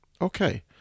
Okay